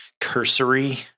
cursory